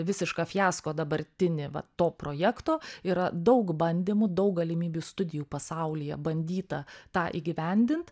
visišką fiasko dabartinį va to projekto yra daug bandymų daug galimybių studijų pasaulyje bandyta tą įgyvendint